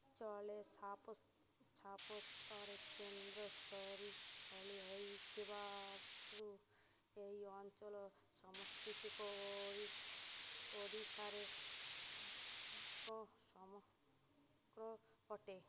ଚୋଲେ ସାପସ ଛାପତରେ କେନ୍ଦ୍ରସରି ସଳୀ ହୋଇଥିବାରୁ ଏହି ଅଞ୍ଚଳ ସାମ୍ପ୍ରତିକ ଅରି ଓଡ଼ିଶାରେ ଅଟେ